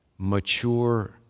Mature